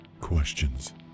questions